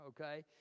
okay